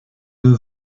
deux